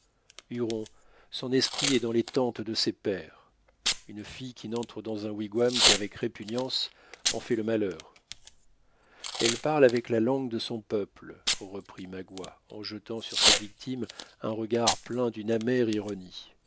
son esprit est dans les tentes de ses pères une fille qui n'entre dans un wigwam qu'avec répugnance en fait le malheur elle parle avec la langue de son peuple reprit magua en jetant sur sa victime un regard plein d'une amère ironie